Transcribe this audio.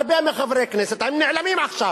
הרבה מחברי כנסת, הם נעלמים עכשיו: